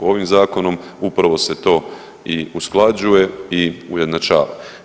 Ovim zakonom upravo se to i usklađuje i ujednačava.